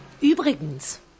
Übrigens